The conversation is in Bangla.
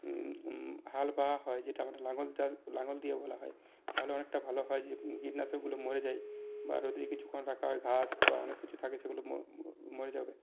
হাল বাওয়া হয় যেটা আমরা লাঙল চাষ দিয়ে বলা হয় তাহলে অনেকটা ভালো হয় যে কীটনাশকগুলো মরে যায় ওদিকে কিছুক্ষণ রাখা হয় ঘাস বা অনেক কিছু থাকে সেগুলো মরে যাবে